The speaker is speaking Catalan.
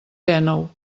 dènou